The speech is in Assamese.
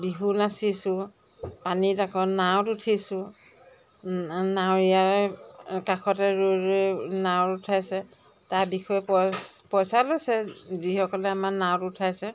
বিহু নাচিছোঁ পানীত আকৌ নাৱত উঠিছোঁ নাৱৰীয়াৰ কাষতে ৰৈ ৰৈ নাৱত উঠাইছে তাৰ বিষয়ে পইচ পইচা লৈছে যিসকলে আমাৰ নাৱত উঠাইছে